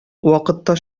вакытта